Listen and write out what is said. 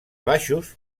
baixos